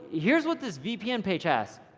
here's what this vpn page has.